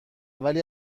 ولی